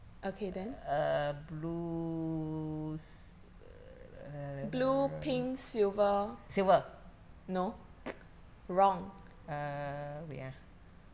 err blue silver err silver err wait ah